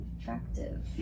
effective